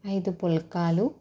ఐదు పుల్కాలు